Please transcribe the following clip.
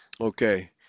Okay